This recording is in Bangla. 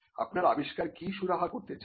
আপনার আবিষ্কার কি সুরাহা করতে চায়